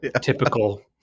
typical